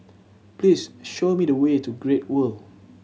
please show me the way to Great World